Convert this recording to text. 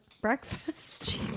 breakfast